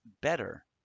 better